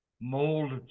Mold